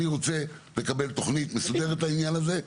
אני רוצה לקבל תוכנית מסודרת לעניין הזה,